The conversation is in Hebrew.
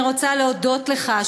אני רוצה להודות לך,